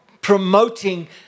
promoting